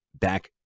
back